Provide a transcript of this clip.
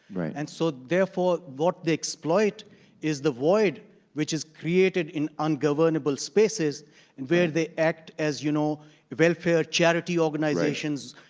and so therefore what they exploit is the void which is created in ungovernable spaces and where they act as you know welfare charity organizations,